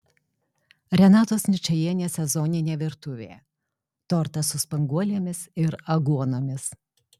renatos ničajienės sezoninė virtuvė tortas su spanguolėmis ir aguonomis